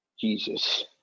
Jesus